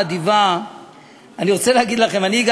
לוועדה המייעצת 360